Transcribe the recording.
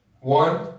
One